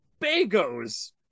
Bagos